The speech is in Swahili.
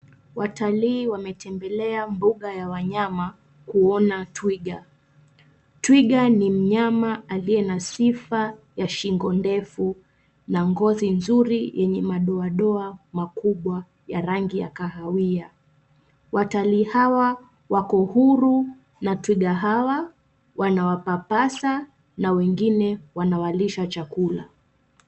Watalii wametembelea mbuga ya wanyama kuona twiga. Twiga ni mnyama aliye na sifa ya shingo ndefu na ngozi nzuri yenye madoadoa makubwa ya rangi ya kahawia. Watalii hawa wako huru na twiga hawa, wanawapapasa na wengine wanawalisha chakula.